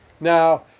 Now